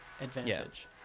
advantage